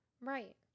Right